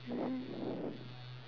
mmhmm